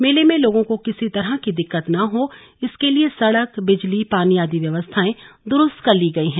मेले में लोगों को किसी तरह की दिक्कत न हों इसके लिए सड़क बिजली पानी आदि व्यवस्थाएं दुरुस्त कर ली गई हैं